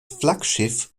flaggschiff